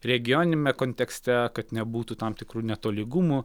regioniniame kontekste kad nebūtų tam tikrų netolygumų